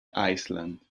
iceland